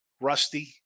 rusty